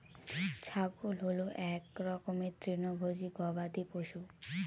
ছাগল হল এক রকমের তৃণভোজী গবাদি পশু